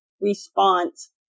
response